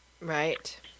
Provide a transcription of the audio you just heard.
Right